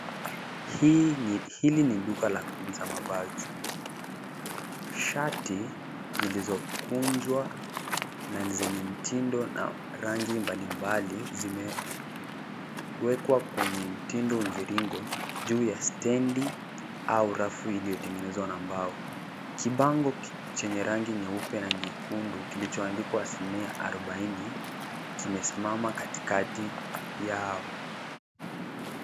Hili ni duka la kuuza mavazi. Shati zilizokunjwa na ni zenye mtindo na rangi mbalimbali zimewekwa kwenye mtindo mviringo juu ya stendi au rafu iliyotengenezwa na mbao. Kibango chenye rangi nyeupe na rangi nyekundu kilichoandika asilimia arobaini kimesimama katikati yao.